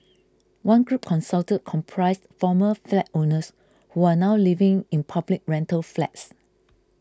one group consulted comprised former flat owners who are now living in public rental flats